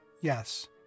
Yes